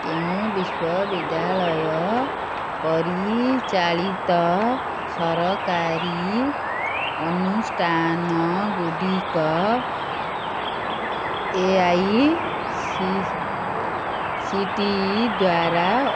କେଉଁ ବିଶ୍ୱବିଦ୍ୟାଳୟ ପରିଚାଳିତ ସରକାରୀ ଅନୁଷ୍ଠାନ ଗୁଡ଼ିକ A I C T E ଦ୍ଵାରା